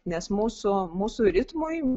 nes mūsų mūsų ritmui